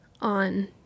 on